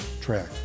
track